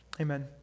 amen